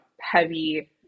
heavy